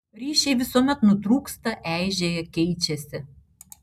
ryšiai visuomet nutrūksta eižėja keičiasi